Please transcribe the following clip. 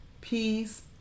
peace